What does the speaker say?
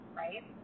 right